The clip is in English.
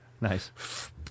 Nice